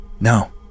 No